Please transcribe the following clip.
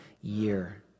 year